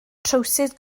trowsus